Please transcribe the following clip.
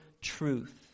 truth